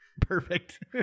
Perfect